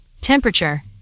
Temperature